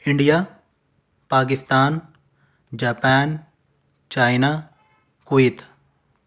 India Pakistan Japan China Kuwait